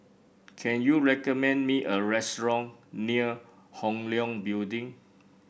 can you recommend me a restaurant near Hong Leong Building